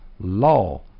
Law